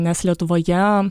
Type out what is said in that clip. nes lietuvoje